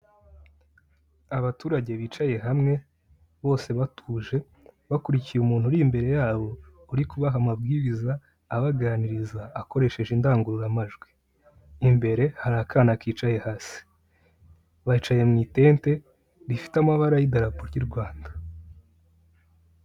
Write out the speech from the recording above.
Abaturage bicaye hamwe bose batuje bakurikiye umuntu uri imbere yabo uri kubaha amabwiriza abaganiriza akoresheje indangururamajwi. Imbere hari akana kicaye hasi bicaye mu itente, rifite amabara y'idarapo ry'u Rwanda.